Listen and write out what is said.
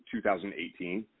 2018